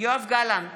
יואב גלנט,